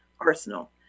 arsenal